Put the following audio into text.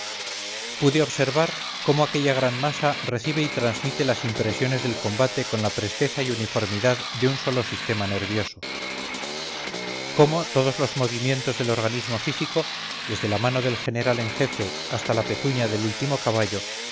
pude observar cómo aquella gran masa recibe y transmite las impresiones del combate con la presteza y uniformidad de un solo sistema nervioso cómo todos los movimientos del organismofísico desde la mano del general en jefe hasta la pezuña del último caballo